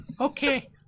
Okay